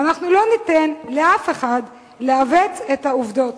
ואנחנו לא ניתן לאף אחד לעוות את העובדות,